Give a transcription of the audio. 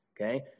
Okay